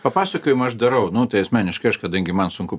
papasakojimą aš darau nu tai asmeniškai aš kadangi man sunku